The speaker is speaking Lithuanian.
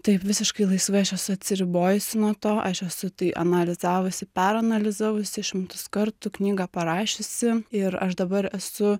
taip visiškai laisvai aš esu atsiribojusi nuo to aš esu tai analizavusi peranalizavusi šimtus kartų knygą parašiusi ir aš dabar esu